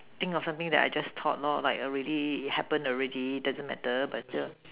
think of something I just thought lah like already happen already doesn't matter but